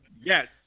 Yes